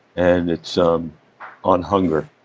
and it's um on hunger.